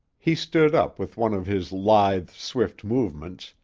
he stood up with one of his lithe, swift movements,